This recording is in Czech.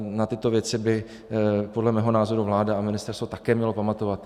Na tyto věci by podle mého názoru vláda a ministerstvo také měly pamatovat.